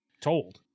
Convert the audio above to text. told